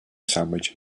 sandwich